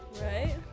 Right